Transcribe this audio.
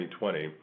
2020